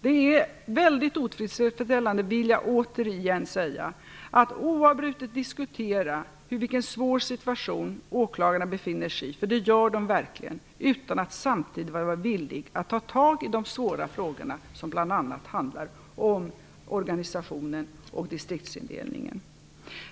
Det är mycket otillfredsställande, vill jag återigen säga, att oavbrutet diskutera vilken svår situation åklagarna befinner sig i - för det gör de verkligen - utan att samtidigt vara villig att ta tag i de svåra frågorna, som bl.a. handlar om organisationen och distriktsindelningen.